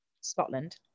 Scotland